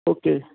okay